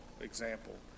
example